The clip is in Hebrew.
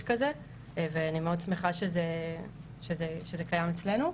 כזה ואני מאוד שמחה שזה קיים אצלנו.